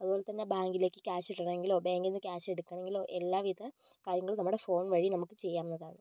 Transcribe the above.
അതുപോലെതന്നെ ബാങ്കിലേക്ക് ക്യാഷ് ഇടണമെങ്കിലോ ബാങ്കിൽ നിന്ന് ക്യാഷ് എടുക്കണമെങ്കിലോ എല്ലാവിധ കാര്യങ്ങളും നമ്മുടെ ഫോൺ വഴി നമുക്ക് ചെയ്യാവുന്നതാണ്